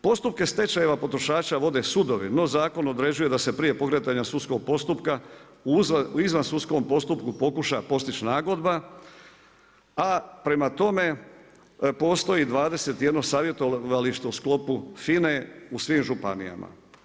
Postupke stečajeva do potrošača vode sudovi, no zakon određuje da se prije pokretanja sudskom postupka, u izvan sudskom postupku pokuša postići nagodba, a prema tome postoji 21 savjetovalište u sklopu FINA-e u svim županijama.